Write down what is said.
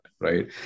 right